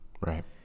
Right